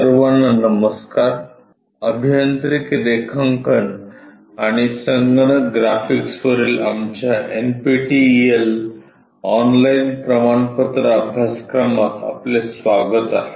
सर्वांना नमस्कार अभियांत्रिकी रेखांकन आणि संगणक ग्राफिक्सवरील आमच्या एनपीटीईएल ऑनलाईन प्रमाणपत्र अभ्यासक्रमात आपले स्वागत आहे